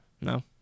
No